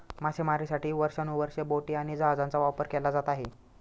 मासेमारीसाठी वर्षानुवर्षे बोटी आणि जहाजांचा वापर केला जात आहे